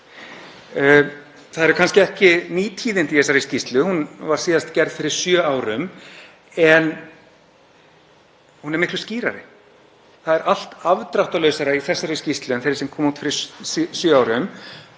Það eru kannski ekki ný tíðindi í þessari skýrslu, hún var síðast gerð fyrir sjö árum en hún er miklu skýrari. Það er allt afdráttarlausara í þessari skýrslu en þeirri sem kom út fyrir sjö árum